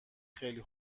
خیلی